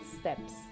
steps